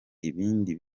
ibindi